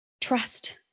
trust